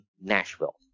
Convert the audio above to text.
Nashville